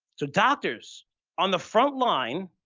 so, doctors on the frontline,